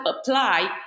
apply